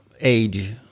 age